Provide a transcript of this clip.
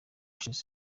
ushize